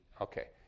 okay